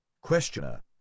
Questioner